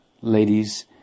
ladies